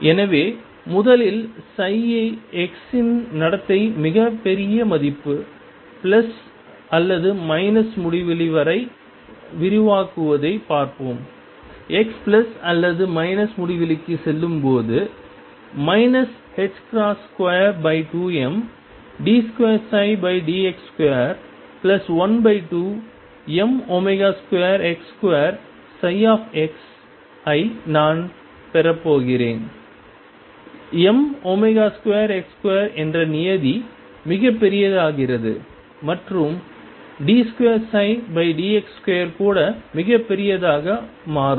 எனவே முதலில் சை x இன் நடத்தை மிகப் பெரிய மதிப்பு பிளஸ் அல்லது மைனஸ் முடிவிலி வரை விரிவாக்குவதைப் பார்ப்போம் x பிளஸ் அல்லது மைனஸ் முடிவிலிக்குச் செல்லும்போது 22md2dx2 12m2x2x ஐ நான் பெறப்போகிறேன் m2x2 என்ற நியதி மிகப் பெரியதாகிறது மற்றும் d2dx2 கூட மிகப் பெரியதாக மாறும்